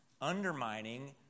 undermining